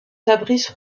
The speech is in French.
fabrice